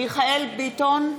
מיכאל ביטון,